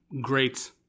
great